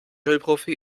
grillprofi